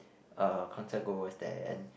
uh concert goers there and